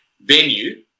Venue